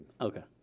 Okay